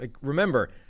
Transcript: Remember